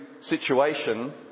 situation